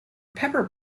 pepper